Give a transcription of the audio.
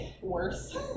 worse